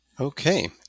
Okay